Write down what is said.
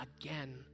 again